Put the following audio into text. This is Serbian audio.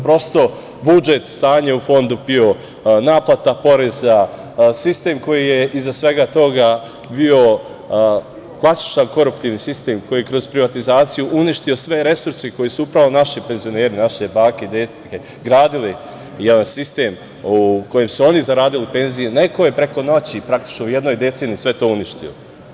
Prosto, budžet, stanje u Fondu PIO, naplata poreza, sistem koji je iza svega toga bio klasičan koruptivni sistem, koji je kroz privatizaciju uništio sve resurse, koji su upravo naši penzioneri, naše bake i deke gradile, jedan sistem u kojem su oni zaradili penzije, neko je preko noći, praktično, u jednoj deceniji sve to uništio.